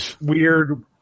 weird